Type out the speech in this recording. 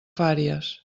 fàries